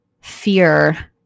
fear